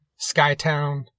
Skytown